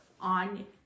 on